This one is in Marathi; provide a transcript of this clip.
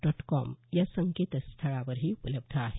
डॉट कॉम या संकेतस्थळावरही उपलब्ध आहे